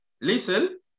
listen